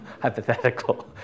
Hypothetical